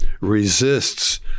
resists